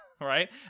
Right